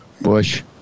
bush